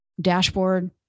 dashboard